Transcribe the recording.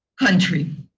country.